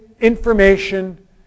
information